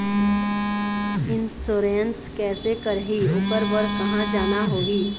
Insurance कैसे करही, ओकर बर कहा जाना होही?